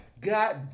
God